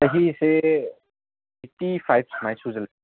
ꯆꯍꯤꯁꯦ ꯑꯩꯠꯇꯤ ꯐꯥꯏꯚ ꯁꯨꯃꯥꯏꯅ ꯁꯨꯖꯤꯜꯂꯦ